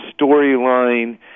storyline